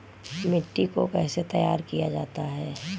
मिट्टी को कैसे तैयार किया जाता है?